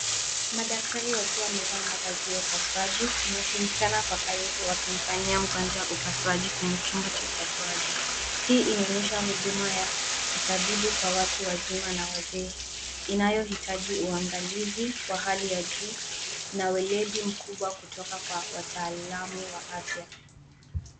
Madaktari wakiwa wamevaa mavazi ya upasuaji, wanashirikiana kwa ukaribu, wakimfanyia mgonjwa upasuaji kwenye chumba cha upasuaji. Hii inaonyesha huduma ya tabibu kwa watu wazima na wazee, inayohitaji uangalizi wa hali ya juu, na ueledi mkubwa kutoka kwa wataalamu wa afya.